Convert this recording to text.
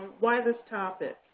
why this topic?